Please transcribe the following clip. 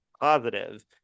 Positive